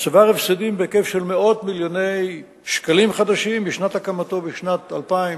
צבר הפסדים בהיקף של מאות מיליוני שקלים חדשים משנת הקמתו בשנת 1996